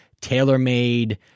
tailor-made